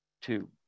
two